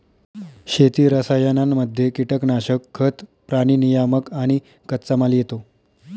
शेती रसायनांमध्ये कीटनाशक, खतं, प्राणी नियामक आणि कच्चामाल येतो